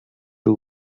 two